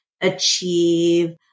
achieve